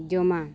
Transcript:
ᱡᱚᱢᱟ